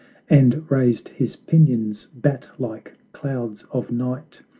and raised his pinions, bat-like, clouds of night,